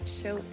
show